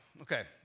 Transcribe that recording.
okay